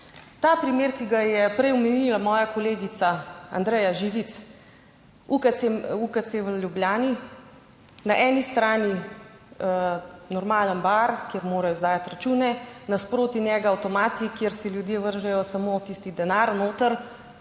(Nadaljevanje) prej omenila moja kolegica Andreja Živic, UKC v Ljubljani, na eni strani normalen bar, kjer morajo izdajati račune, nasproti njega avtomati, kjer si ljudje vržejo samo tisti denar noter,